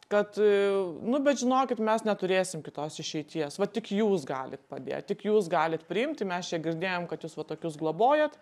kad nu bet žinokit mes neturėsim kitos išeities vat tik jūs galit padėt tik jūs galit priimti mes čia girdėjom kad jūs va tokius globojat